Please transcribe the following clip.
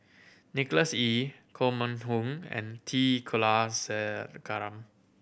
Nicholas Ee Koh Mun Hong and T Kulasekaram